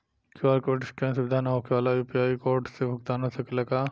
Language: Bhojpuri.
क्यू.आर कोड स्केन सुविधा ना होखे वाला के यू.पी.आई कोड से भुगतान हो सकेला का?